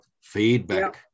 Feedback